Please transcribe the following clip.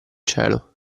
cielo